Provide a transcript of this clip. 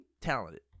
talented